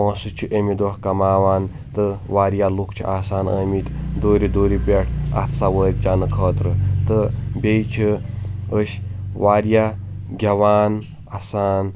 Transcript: پونٛسہٕ چھِ أمہِ دۄہ کماوان تہٕ واریاہ لُکھ چھِ آسان ٲمٕٕتۍ دوٗرِ دوٗرِ پٮ۪ٹھ اتھ سوٲرۍ چٮ۪نہٕ خٲطرٕ تہٕ بیٚیہِ چھِ أسۍ واریاہ گٮ۪وان اسان